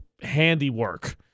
handiwork